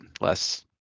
less